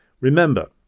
Remember